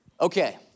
Okay